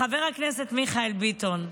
חבר הכנסת מיכאל ביטון,